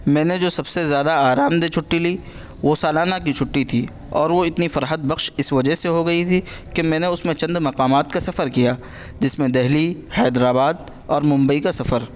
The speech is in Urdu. میں نے جو سب سے زیادہ آرام دہ چھٹی لی وہ سالانہ کی چھٹی تھی اور وہ اتنی فرحت بخش اس وجہ سے ہوگئی تھی کہ میں نے اس میں چند مقامات کا سفر کیا جس میں دہلی حیدرآباد اور ممبئی کا سفر